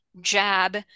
jab